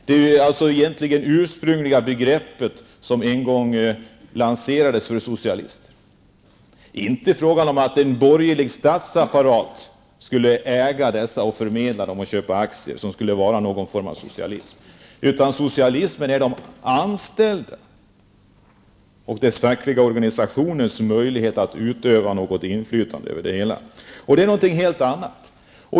Detta är egentligen det ursprungliga begreppet som en gång lanserades av socialister. Det var inte fråga om att en borgerlig statsapparat skulle äga det hela och förmena människor att köpa aktier. Det var inte detta som skulle vara socialism, utan socialismen är möjligheterna för de anställda och deras fackliga organisationer att utöva inflytande. Det är något helt annat.